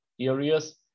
areas